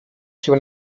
się